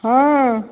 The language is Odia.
ହଁ